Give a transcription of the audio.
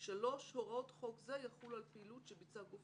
3. הוראות חוק זה יחולו על פעילות שביצע גוף